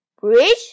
Bridge